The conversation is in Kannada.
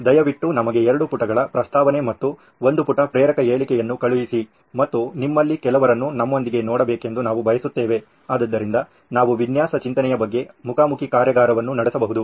ದಯವಿಟ್ಟು ನಮಗೆ ಎರಡು ಪುಟಗಳ ಪ್ರಸ್ತಾವನೆ ಮತ್ತು ಒಂದು ಪುಟ ಪ್ರೇರಕ ಹೇಳಿಕೆಯನ್ನು ಕಳುಹಿಸಿ ಮತ್ತು ನಿಮ್ಮಲ್ಲಿ ಕೆಲವರನ್ನು ನಮ್ಮೊಂದಿಗೆ ನೋಡಬೇಕೆಂದು ನಾವು ಭಾವಿಸುತ್ತೇವೆ ಆದ್ದರಿಂದ ನಾವು ವಿನ್ಯಾಸ ಚಿಂತನೆಯ ಬಗ್ಗೆ ಮುಖಾಮುಖಿ ಕಾರ್ಯಾಗಾರವನ್ನು ನಡೆಸಬಹುದು